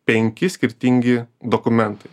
penki skirtingi dokumentai